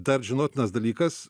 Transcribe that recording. dar žinotinas dalykas